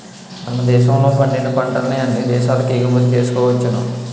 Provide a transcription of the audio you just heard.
మన దేశంలో పండిన పంటల్ని అన్ని దేశాలకు ఎగుమతి చేసుకోవచ్చును